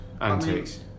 antics